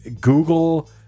Google